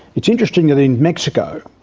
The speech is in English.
it's interesting that in mexico,